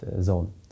zone